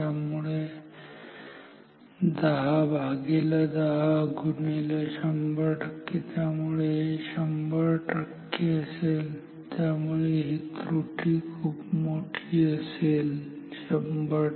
त्यामुळे 1010 100 त्यामुळे हे 100 असेल त्यामुळे त्रुटी खूप मोठी असेल 100